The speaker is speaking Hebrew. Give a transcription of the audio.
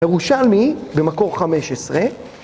ירושלמי במקור 15.